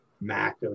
mac